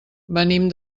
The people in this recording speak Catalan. venim